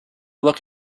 look